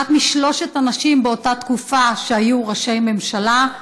אחת משלוש הנשים באותה תקופה שהיו ראשי ממשלה.